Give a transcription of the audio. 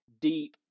deep